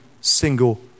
single